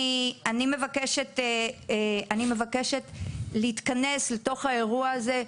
ואני מבקשת להתכנס לתוך האירוע הזה,